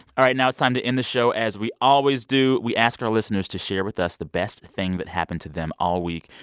all right. now it's time to end the show as we always do. we ask our listeners to share with us the best thing that happened to them all week.